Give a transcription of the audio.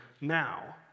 Now